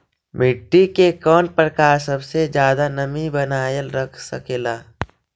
मिट्टी के कौन प्रकार सबसे जादा नमी बनाएल रख सकेला?